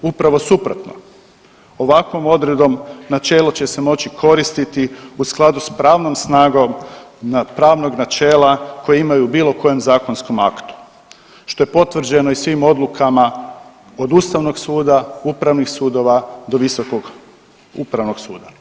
Upravo suprotno, ovakvom odredbom načelo će se moći koristiti u skladu s pravnom snagom pravnog načela kojeg ima u bilo kojem zakonskom aktu, što je potvrđeno i svim odlukama od ustavnog suda, upravnih sudova do visokog upravnog suda.